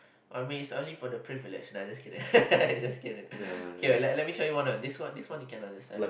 I mean it's only for the privileged nah just kidding let let me show you one uh this one this one you can understand